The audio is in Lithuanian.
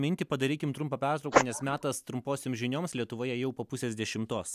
mintį padarykim trumpą pertrauką nes metas trumposiom žinioms lietuvoje jau po pusės dešimtos